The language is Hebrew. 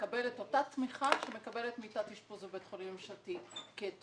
תקבל את אותה שמיכה שמקבלת מיטת אשפוז בבית חולים ממשלתי כי את